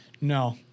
No